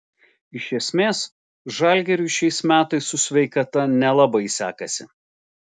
iš esmės žalgiriui šiais metais su sveikata nelabai sekasi